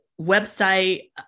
website